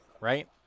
right